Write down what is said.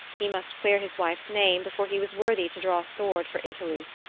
he must clear his wife's name before he was worthy to draw sword for italy.